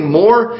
more